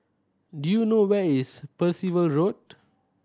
do you know where is Percival Road